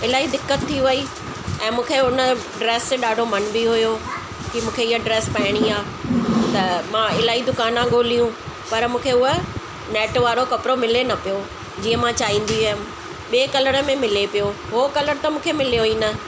इलाही दिक़त थी वई ऐं मूंखे उन ड्रेस ॾाढो मन बि हुओ की मूंखे इहा ड्रेस पाइणी आहे त मां इलाही दुकाना ॻोल्हियूं पर मूंखे उहा नेट वारो कपिड़ो मिले न पियो जीअं मां चाहींदी हुअमि ॿिए कलर में मिले पियो उहो कलर त मूंखे मिलियो ई न